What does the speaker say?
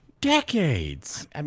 decades